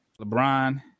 LeBron